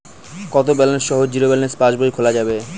কত ব্যালেন্স সহ zero balance পাসবই খোলা যাবে?